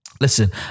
Listen